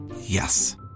Yes